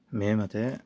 मे मते